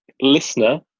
listener